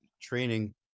training